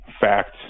fact